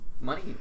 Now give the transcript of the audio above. money